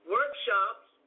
Workshops